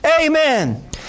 Amen